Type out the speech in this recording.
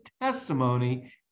testimony